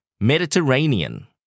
Mediterranean